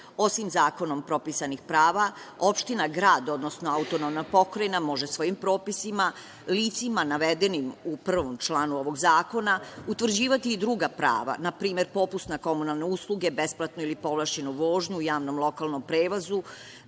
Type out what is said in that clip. Osim zakonom propisanih prava, opština, grad, odnosno AP može svojim propisima, licima navedenim u prvom članu ovog zakona, utvrđivati i druga prava, npr. popust na komunalne usluge, besplatnu ili povlašćenu vožnju u javnom lokalnom prevozu,